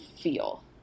feel